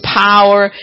power